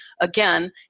again